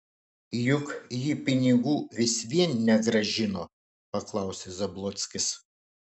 juk ji pinigų vis vien negrąžino paklausė zablockis